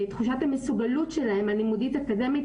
בתחושת המסוגלות הלימודית-אקדמית שלהם,